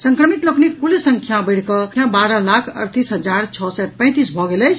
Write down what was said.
संक्रमित लोकनिक कुल संख्या बढ़िकऽ बारह लाख अड़तीस हजार छओ सय पैंतीस भऽ गेल अछि